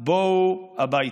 בואו הביתה.